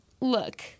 Look